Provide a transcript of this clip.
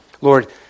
Lord